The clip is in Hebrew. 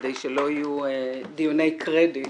כדי שלא יהיו דיוני קרדיט